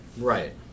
right